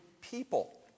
people